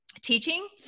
teaching